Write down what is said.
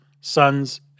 sons